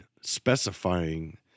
specifying